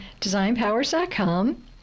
Designpowers.com